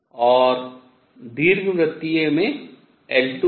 और दीर्घवृतीय में L2 है